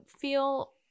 feel